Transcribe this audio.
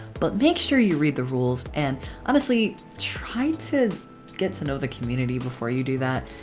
but make sure you read the rules. and honestly try to get to know the community before you do that.